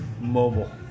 Mobile